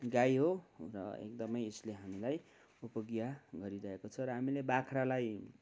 गाई हो र एकदमै यसले हामीलाई उपयोगी गरिरहेको छ र हामीले बाख्रालाई